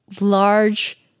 large